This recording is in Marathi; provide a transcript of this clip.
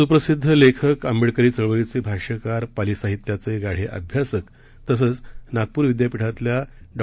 सुप्रसिद्ध लेखक आंबेडकरी चळवळीचे भाष्यकार पाली साहित्याचे गाढे अभ्यासक तसंच नागपूर विद्यापीठातील डॉ